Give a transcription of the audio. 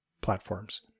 platforms